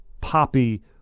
poppy